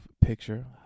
picture